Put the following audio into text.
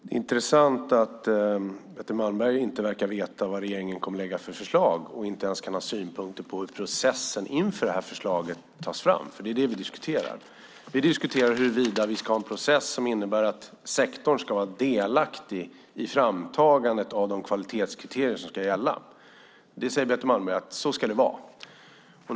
Fru talman! Det är intressant att Betty Malmberg inte verkar veta vad regeringen kommer att lägga fram för förslag och inte ens kan ha synpunkter på processen för hur förslagen tas fram, eftersom som det är vad vi diskuterar. Vi diskuterar huruvida vi ska ha en process där sektorn ska vara delaktig i framtagandet av de kvalitetskriterier som ska gälla. Betty Malmberg säger att det ska vara så.